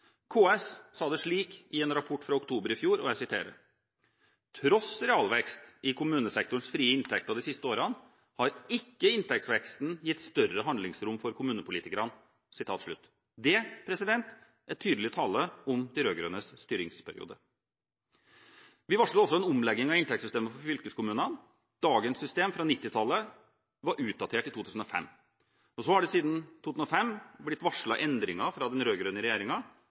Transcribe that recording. KS sa det slik i en rapport fra oktober i fjor: «Tross realvekst i kommunesektorens frie inntekter de siste årene har ikke inntektsveksten gitt større handlingsrom for kommunepolitikerne.» Det er tydelig tale om de rød-grønnes styringsperiode. Vi varsler også en omlegging av inntektssystemet for fylkeskommunene. Dagens system, fra 1990-tallet, var utdatert i 2005. Så har det siden 2005 blitt varslet endringer fra den